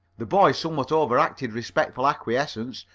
the boy somewhat overacted respectful acquiescence,